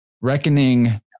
reckoning